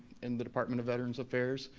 in the department of veterans affairs.